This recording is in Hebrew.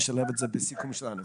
נשלב את זה בסיכום שלנו.